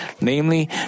Namely